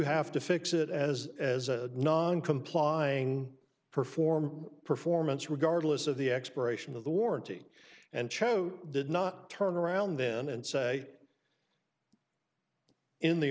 have to fix it as as a non complying perform performance regardless of the expiration of the warranty and chose did not turn around then and say in the